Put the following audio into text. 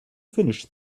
finish